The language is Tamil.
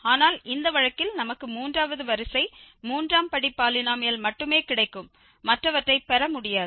ஆனால் இந்த வழக்கில் நமக்கு மூன்றாவது வரிசை மூன்றாம் படி பாலினோமியல் மட்டுமே கிடைக்கும் மற்றவற்றை பெற முடியாது